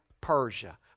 Persia